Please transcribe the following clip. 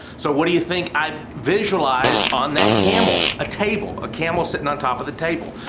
so what do you think i visualized on that camel, a table, a camel sitting on top of the table.